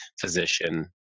physician